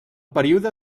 període